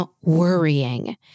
worrying